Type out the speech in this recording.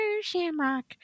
shamrock